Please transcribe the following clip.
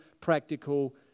practical